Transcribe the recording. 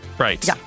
Right